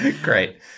great